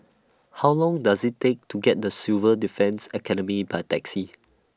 How Long Does IT Take to get The Civil Defence Academy By Taxi